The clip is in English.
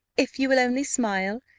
if you will only smile,